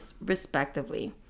respectively